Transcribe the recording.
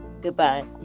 Goodbye